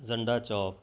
Jhanda Chowk